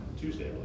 Tuesday